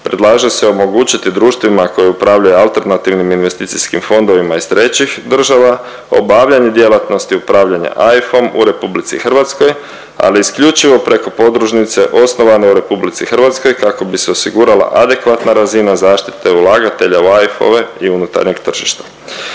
predlaže se omogućiti društvima koji upravljaju alternativnim investicijskim fondovima iz trećih država obavljanje djelatnosti upravljanje AIF-om u RH ali isključivo preko podružnice osnovane u RH kako bi se osigurala adekvatna razina zaštite ulagatelja u AIF-ove i unutarnjeg tržišta.